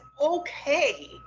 okay